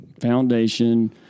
Foundation